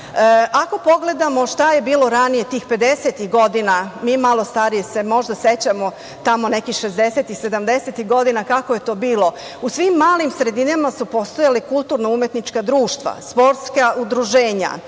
pogledamo šta je bilo ranije, tih 50-tih godina, mi malo stariji se možda sećamo tamo nekih šezdesetih, sedamdesetih godina kako je to bilo. U svim malim sredinama su postojale kulturno – umetnička društva, sportska udruženja,